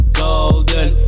golden